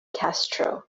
castro